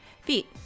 feet